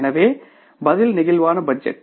எனவே பதில் flexible budget